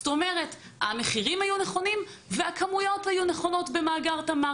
זאת אומרת המחירים היו נכונים והכמויות היו נכונות במאגר תמר.